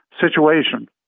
situation